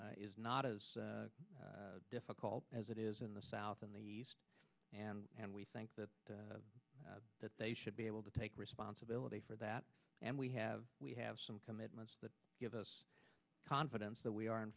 is not as difficult as it is in the south in the east and we think that that they should be able to take responsibility for that and we have we have some commitments that give us confidence that we are in